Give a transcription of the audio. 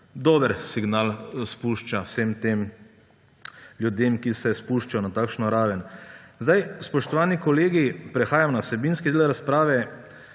dober signal vsem tem ljudem, ki se spuščajo na takšno raven. Spoštovani kolegi, prehajam na vsebinski del razprave.